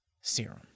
serum